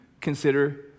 consider